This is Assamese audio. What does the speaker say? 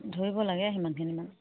ধৰিব লাগে সিমানখিনিমান